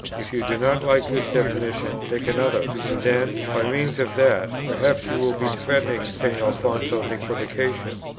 if you do not like this definition, take another and then, by means of that, perhaps you will be defending st. alfonso's equivocation.